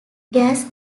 gas